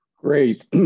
Great